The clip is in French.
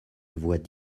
voit